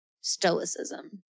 stoicism